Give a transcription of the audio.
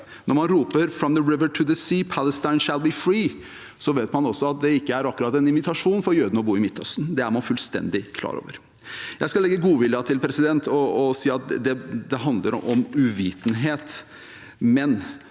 Når man roper «From the river to the sea, Palestine shall be free», vet man også at det ikke akkurat er en invitasjon til jødene til å bo i Midtøsten. Det er man fullstendig klar over. Jeg skal legge godviljen til og si at det handler om uvitenhet,